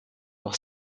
auch